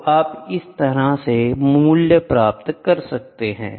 तो आप इस तरह से मूल्य प्राप्त करते हैं